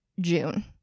June